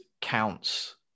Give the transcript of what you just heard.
counts